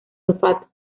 olfato